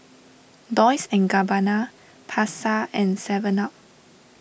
Dolce and Gabbana Pasar and Seven Up